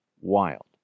Wild